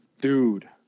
Dude